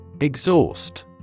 Exhaust